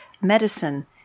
medicine –